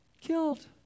killed